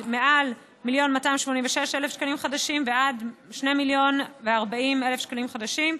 מעל 1,286,000 שקלים חדשים ועד 2,040,000 שקלים חדשים,